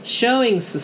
Showing